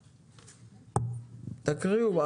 סליחה,